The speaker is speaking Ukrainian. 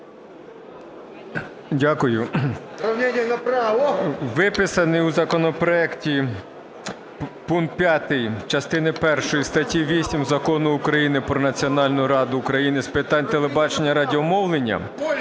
Дякую. Виписаний у законопроекті пункт 5 частини першої статті 8 Закону України "Про Національну раду України з питань телебачення і радіомовлення",